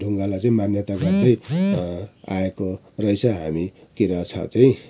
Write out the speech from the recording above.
ढुङ्गालाई चाहिँ मान्यता गर्दै आएको रहेछ हामी किरा छ चाहिँ